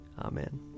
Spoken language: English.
Amen